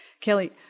Kelly